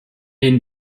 den